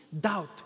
doubt